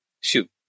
shoot